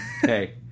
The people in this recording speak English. Hey